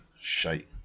shite